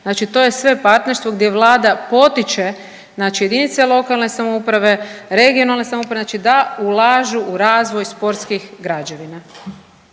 znači to je sve partnerstvo gdje vlada potiče jedinice lokalne samouprave, regionalne samouprave da ulažu u razvoj sportskih građevina.